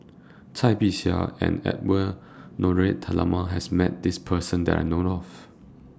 Cai Bixia and Edwy Lyonet Talma has Met This Person that I know of